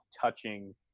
touching